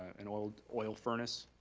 an old oil furnace,